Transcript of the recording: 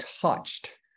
touched